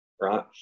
right